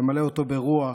למלא אותו ברוח,